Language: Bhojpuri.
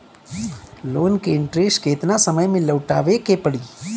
लोन के इंटरेस्ट केतना समय में लौटावे के पड़ी?